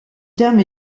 terme